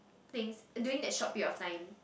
things during that short period of time